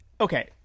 okay